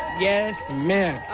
yes, ma'am.